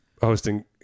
hosting